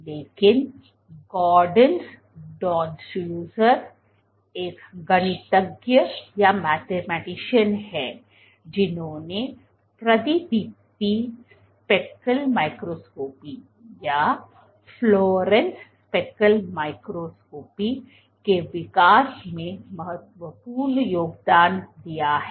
लेखक Gaudenz Danuser एक गणितज्ञ हैं जिन्होंने प्रतिदीप्ति स्पेक माइक्रोस्कोपी के विकास में महत्वपूर्ण योगदान दिया है